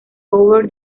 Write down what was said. over